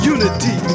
Unity